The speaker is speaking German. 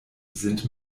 sind